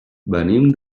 venim